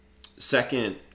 second